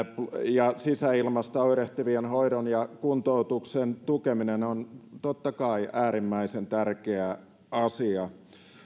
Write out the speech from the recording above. ja sisäilmasta oirehtivien hoidon ja kuntoutuksen tukeminen on totta kai äärimmäisen tärkeä asia